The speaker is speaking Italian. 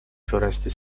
foreste